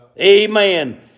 Amen